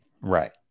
Right